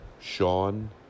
Sean